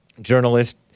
Journalist